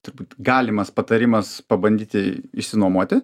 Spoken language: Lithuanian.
turbūt galimas patarimas pabandyti išsinuomoti